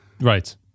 right